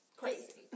crazy